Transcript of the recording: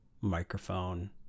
microphone